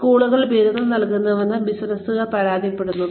സ്കൂളുകൾ ബിരുദം നൽകുന്നുവെന്ന് ബിസിനസുകൾ പരാതിപ്പെടുന്നു